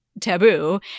Taboo